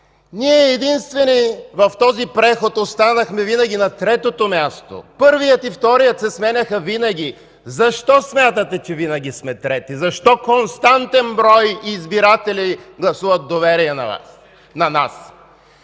Ние единствени в този преход останахме винаги на третото място. Първият и вторият се сменяха винаги. Защо, смятате, че винаги сме трети? Защо константен брой избиратели гласуват доверие на нас?